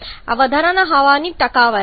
આ વધારાની હવાની ટકાવારી છે